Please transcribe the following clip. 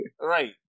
Right